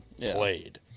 played